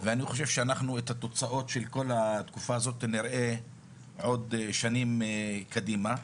ואני חושב שאנחנו את התוצאות של כל התקופה הזאת נראה עוד שנים קדימה,